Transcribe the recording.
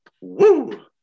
Woo